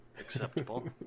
acceptable